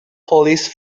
police